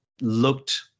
looked